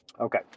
Okay